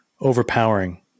overpowering